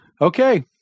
Okay